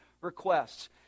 requests